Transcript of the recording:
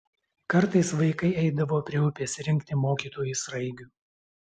kartais vaikai eidavo prie upės rinkti mokytojui sraigių